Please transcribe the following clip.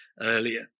earlier